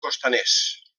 costaners